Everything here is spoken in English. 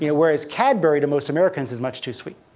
yeah whereas cadbury to most americans is much too sweet.